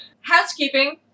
Housekeeping